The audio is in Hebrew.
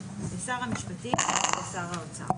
לשר המשפטים ולשר האוצר.